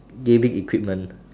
gaming equipment